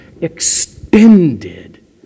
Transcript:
extended